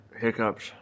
Hiccups